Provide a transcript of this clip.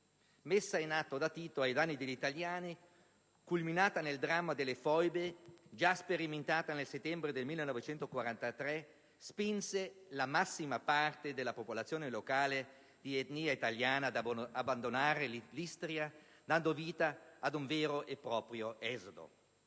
messa in atto da Tito ai danni degli italiani, culminata nel dramma delle foibe, già sperimentata nel settembre del 1943, spinse la massima parte della popolazione locale di etnia italiana ad abbandonare l'Istria, dando vita ad un vero e proprio esodo.